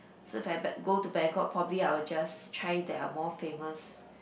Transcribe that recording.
so if I b~ go to Bangkok probably I would just try to have more famous